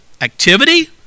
activity